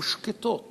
ושקטות